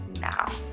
now